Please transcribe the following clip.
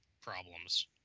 problems